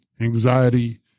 anxiety